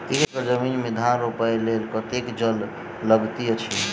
एक एकड़ जमीन मे धान रोपय लेल कतेक जल लागति अछि?